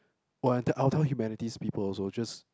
oh I will tell I will tell Humanities people also just